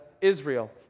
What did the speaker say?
Israel